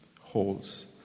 Holes